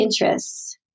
interests